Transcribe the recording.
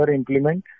implement